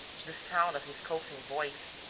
to the sound of his coaxing voice,